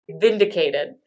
vindicated